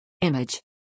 Image